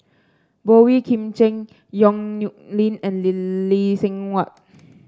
Boey Kim Cheng Yong Nyuk Lin and Lee Seng Huat